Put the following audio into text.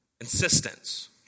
insistence